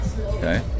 okay